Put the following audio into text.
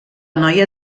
noia